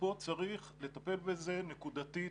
וצריך לטפל בזה נקודתית,